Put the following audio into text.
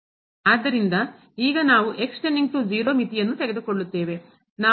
ಆದ್ದರಿಂದ ಈಗ ನಾವುಮಿತಿಯನ್ನು ತೆಗೆದುಕೊಳ್ಳುತ್ತೇವೆ